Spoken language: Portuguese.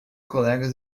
colegas